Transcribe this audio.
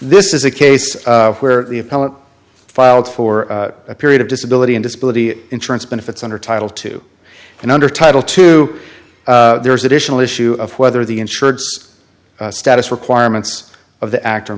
this is a case where the appellant filed for a period of disability in disability insurance benefits under title two and under title two there's additional issue of whether the insurance status requirements of the actor